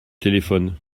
téléphone